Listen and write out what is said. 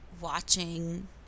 watching